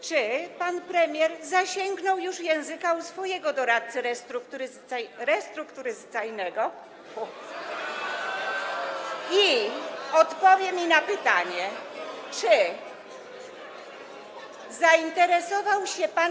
Czy pan premier zasięgnął już języka u swojego doradcy restrukturyzacyjnego i odpowie mi na pytanie, czy zainteresował się pan.